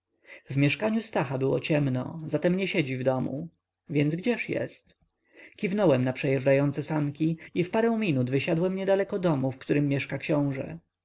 w mieszkauiumieszkaniu stacha było ciemno zatem nie siedzi w domu więc gdzież jest kiwnąłem na przejeżdżające sanki i w parę minut wysiadłem niedaleko domu w którym mieszka książe